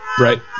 right